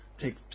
take